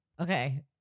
okay